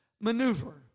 maneuver